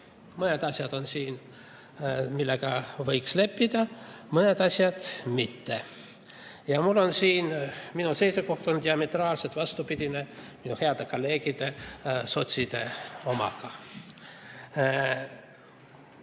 Mõned asjad on siin, millega võiks leppida, mõned asjad mitte. Minu seisukoht on diametraalselt vastupidine minu heade kolleegide sotside omale.